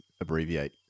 abbreviate